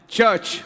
Church